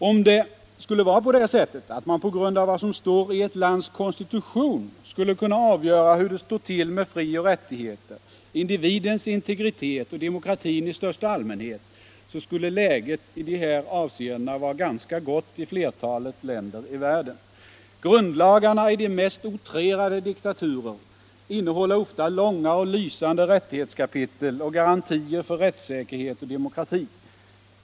Om det man på grund av vad som står i ett lands konstitution skulle kunna avgöra hur det står till med frioch rättigheter, individens integritet och demokratin i största allmänhet, så skulle läget i de här avseendena vara att anse som ganska gott i flertalet länder i världen. Grundlagarna i de mest outrerade diktaturer innehåller ofta långa och lysande rättighetskapitel och garantier för rättssäkerhet och demokrati.